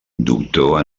doctor